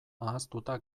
ahaztuta